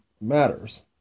matters